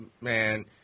man